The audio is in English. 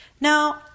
Now